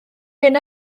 hyn